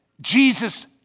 Jesus